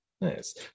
Nice